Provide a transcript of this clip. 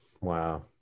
wow